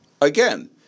Again